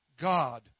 God